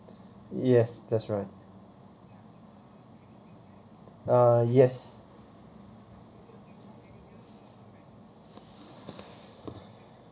yes that's right uh yes